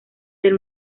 del